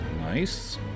Nice